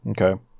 okay